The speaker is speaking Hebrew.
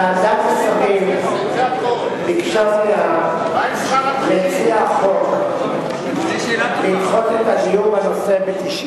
ועדת השרים ביקשה ממציע החוק לדחות את הדיון בנושא ב-90